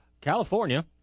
California